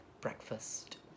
breakfast